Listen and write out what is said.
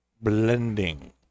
Blending